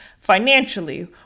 financially